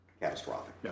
catastrophic